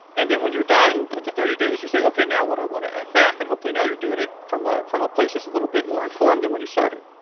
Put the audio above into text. and then when you're done with the thirty days you say okay now what i want to add back and hopefully now you're doing it from a from a place it's a little bit more informed than and when you started